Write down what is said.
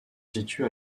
situe